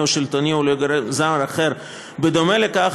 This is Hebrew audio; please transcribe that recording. או שלטוני או לגורם זר אחר בדומה לכך,